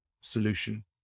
solution